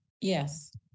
Yes